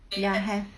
ya I have